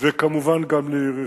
וכמובן גם ליריחו.